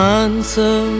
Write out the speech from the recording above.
answer